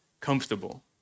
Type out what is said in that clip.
comfortable